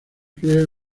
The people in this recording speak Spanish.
crea